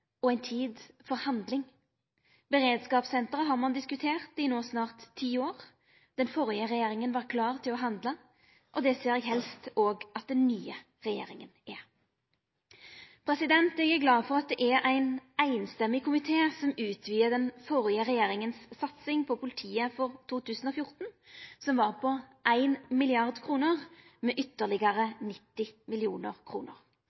og ei tid for handling. Beredskapssenteret har ein diskutert no i snart ti år, den førre regjeringa var klar til å handla, og det ser eg helst òg at den nye regjeringa er. Eg er glad for at det er ein samrøystes komité som utvidar den førre regjeringa si satsing på politiet for 2014 – som var på 1 mrd. kr – med